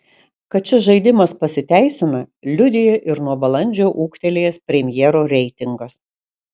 kad šis žaidimas pasiteisina liudija ir nuo balandžio ūgtelėjęs premjero reitingas